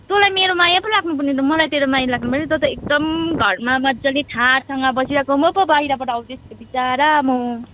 तँलाई मेरो माया पो लाग्नुपर्ने त मलाई तेरो माया लाग्नुपर्छ तँ त एकदम घरमा मजाले ठाँटसँग बसिरहेको म पो बाहिरबाट आउँदैछु त विचरा म